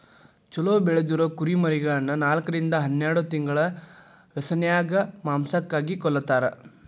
ಚೊಲೋ ಬೆಳದಿರೊ ಕುರಿಮರಿಗಳನ್ನ ನಾಲ್ಕರಿಂದ ಹನ್ನೆರಡ್ ತಿಂಗಳ ವ್ಯಸನ್ಯಾಗ ಮಾಂಸಕ್ಕಾಗಿ ಕೊಲ್ಲತಾರ